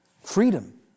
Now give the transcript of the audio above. Freedom